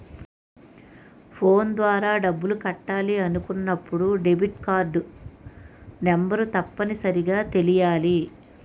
phone ద్వారా డబ్బులు కట్టాలి అనుకున్నప్పుడు డెబిట్కార్డ్ నెంబర్ తప్పనిసరిగా తెలియాలి